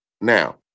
Now